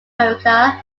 america